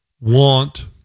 want